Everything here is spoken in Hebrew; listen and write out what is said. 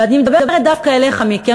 ואני מדברת דווקא אליך, מיקי.